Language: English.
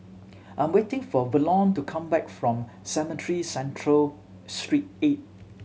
I'm waiting for Verlon to come back from Cemetry Central Street Eight